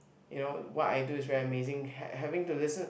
you know what I do is very amazing ha~ having to listen